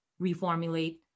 reformulate